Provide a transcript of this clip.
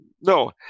no